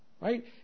Right